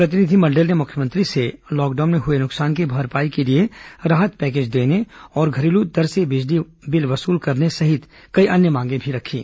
प्रतिनिधिमंडल ने मुख्यमंत्री से लॉकडाउन में हुए नुकसान की भरपाई के लिए राहत पैकेज देने और घरेलू दर से बिजली बिल वसूल करने सहित कई अन्य मांगें रखीं